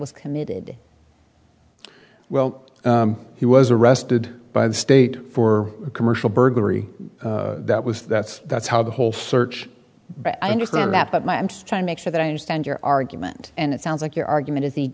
was committed well he was arrested by the state for a commercial burglary that was that's that's how the whole search but i understand that but my i'm just trying to make sure that i understand your argument and it sounds like your argument is the